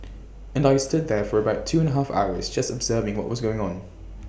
and I stood there for about two and A half hours just observing what was going on